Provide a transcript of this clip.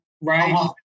right